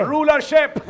Rulership